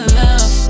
love